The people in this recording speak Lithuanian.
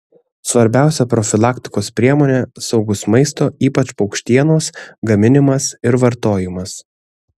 svarbiausia profilaktikos priemonė saugus maisto ypač paukštienos gaminimas ir vartojimas